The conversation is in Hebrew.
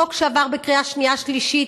חוק שעבר בקריאה שנייה ושלישית